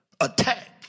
attack